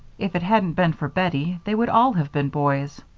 if it hadn't been for bettie they would all have been boys,